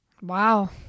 Wow